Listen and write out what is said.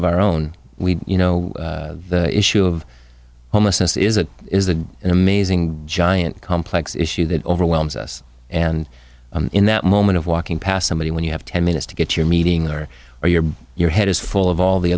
of our own you know the issue of homelessness is a is a an amazing giant complex issue that overwhelms us and in that moment of walking past somebody when you have ten minutes to get your meeting there or your your head is full of all the